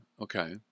okay